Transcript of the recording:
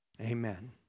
amen